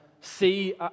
see